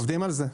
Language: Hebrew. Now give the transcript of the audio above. עובדים על זה.